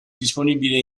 disponibile